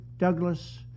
Douglas